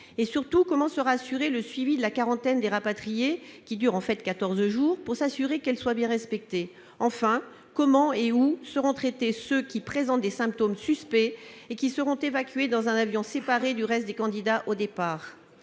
nous dire comment sera assuré le suivi de la quarantaine des rapatriés, qui dure quatorze jours, afin de s'assurer qu'elle est bien respectée ? Enfin, comment et où seront traités ceux qui présentent des symptômes suspects et qui seront évacués dans un avion séparé du reste des candidats au départ ?